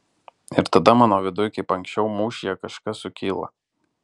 ir tada mano viduj kaip anksčiau mūšyje kažkas sukyla